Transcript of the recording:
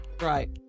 right